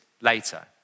later